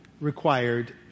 required